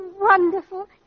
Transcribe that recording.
wonderful